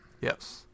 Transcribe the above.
Yes